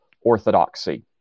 orthodoxy